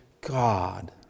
God